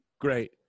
Great